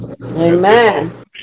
Amen